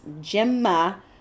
Gemma